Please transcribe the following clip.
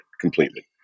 completely